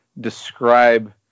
describe